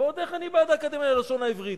ועוד איך אני בעד האקדמיה ללשון העברית.